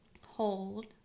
Hold